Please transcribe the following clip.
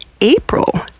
April